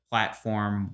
platform